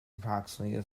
approximately